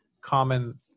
common